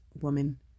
woman